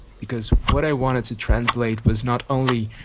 because what i wanted to translate was not only